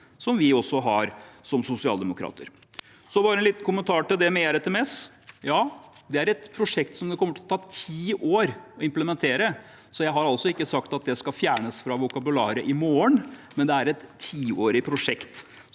slik vi har, som sosialdemokrater. Bare en liten kommentar til det med ERTMS: Det er et prosjekt som det kommer til å ta ti år å implementere, så jeg har ikke sagt at det skal fjernes fra vokabularet i morgen. Det er et tiårig prosjekt,